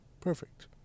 perfect